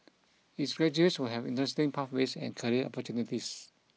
its graduates will have interesting pathways and career opportunities